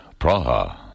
Praha